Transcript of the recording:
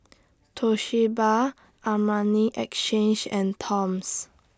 Toshiba Armani Exchange and Toms